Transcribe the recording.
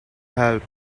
help